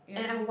yeah